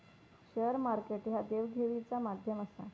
share market ह्या देवघेवीचा माध्यम आसा